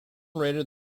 rated